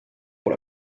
pour